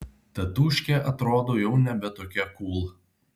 tatūškė atrodo jau nebe tokia kūl